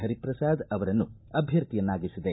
ಹರಿಪ್ರಸಾದ್ ಅವರನ್ನು ಅಭ್ಯರ್ಥಿಯನ್ನಾಗಿಸಿದೆ